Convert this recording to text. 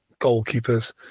goalkeepers